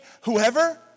Whoever